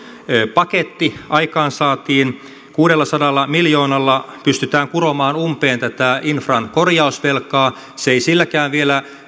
paketti aikaansaatiin kuudellasadalla miljoonalla pystytään kuromaan umpeen tätä infran korjausvelkaa se ei silläkään vielä